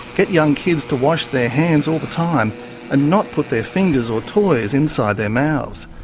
get young kids to wash their hands all the time and not put their fingers or toys inside their mouths.